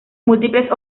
múltiples